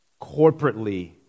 corporately